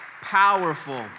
Powerful